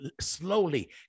slowly